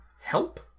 help